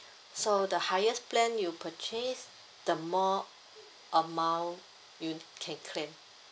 so the highest plan you purchase the more amount you can claim